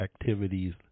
activities